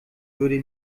würde